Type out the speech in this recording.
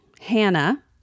Hannah